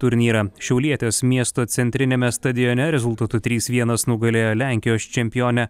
turnyrą šiaulietės miesto centriniame stadione rezultatu trys vienas nugalėjo lenkijos čempionę